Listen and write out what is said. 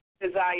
Desire